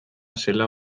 zela